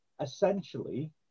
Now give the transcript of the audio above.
Essentially